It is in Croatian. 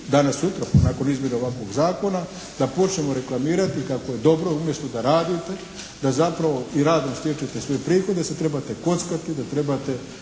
danas, sutra nakon izmjene ovakvog zakona da počnemo reklamirati kako je dobro umjesto da radite da zapravo i radom stječete svoje prihode, se trebate kockati, da trebate